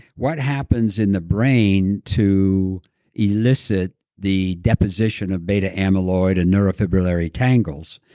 what happens in the brain to elicit the deposition of beta amyloid and neurofibrillary tangles,